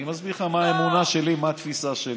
אני מסביר לך מה האמונה שלי, מה התפיסה שלי.